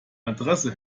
adresse